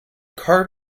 card